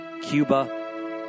Cuba